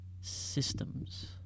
systems